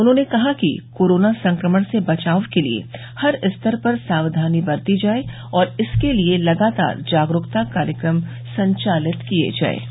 उन्होंने कहा कि कोरोना संक्रमण से बचाव के लिये हर स्तर पर सावधानी बरती जाये और इसके लिये लगातार जागरूकता कार्यक्रम संचालित किये जाये